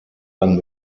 lang